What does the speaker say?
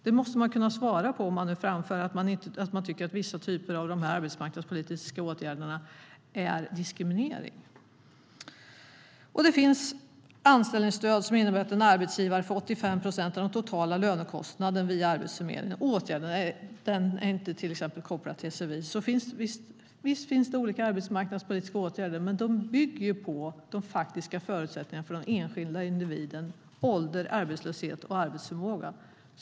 Det måste man kunna svara på om man tycker att vissa typer av arbetsmarknadspolitiska åtgärder är diskriminering. Det finns anställningsstöd som innebär att en arbetsgivare får 85 procent av den totala lönekostnaden via Arbetsförmedlingen. Åtgärden är inte kopplad till sfi. Visst finns det olika arbetsmarknadspolitiska åtgärder, men de bygger på de faktiska förutsättningarna för den enskilda individen, ålder, arbetslöshet och arbetsförmåga.